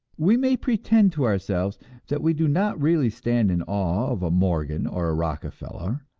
we may pretend to ourselves that we do not really stand in awe of a morgan or a rockefeller,